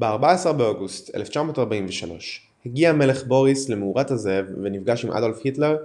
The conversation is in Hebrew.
ב-14 באוגוסט 1943 הגיע המלך בוריס למאורת הזאב ונפגש עם אדולף היטלר,